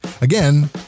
Again